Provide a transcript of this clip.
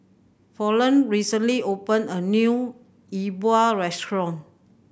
Fallon recently opened a new E Bua restaurant